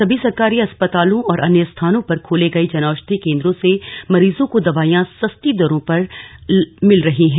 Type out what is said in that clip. सभी सरकारी अस्पतालों और अन्य स्थानों पर खोले गए जन औशधि केन्द्रों से मरीजों को दवाईयां सस्ती दरों पर आसानी से उपलब्ध हो रही हैं